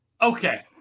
Okay